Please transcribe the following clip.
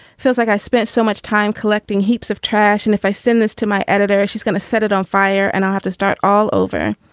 feels like i spent so much time collecting heaps of trash, and if i send this to my editor, she's gonna set it on fire and i have to start all over.